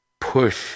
push